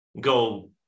go